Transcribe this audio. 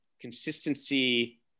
consistency